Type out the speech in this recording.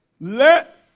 let